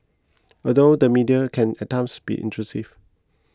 although the media can at times be intrusive